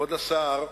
כבוד השר,